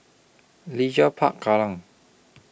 Leisure Park Kallang